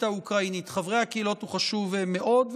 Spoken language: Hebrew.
האוקראינית וחברי הקהילות חשוב מאוד.